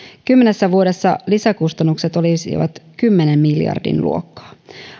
kymmenessä vuodessa lisäkustannukset olisivat kymmenen miljardin luokkaa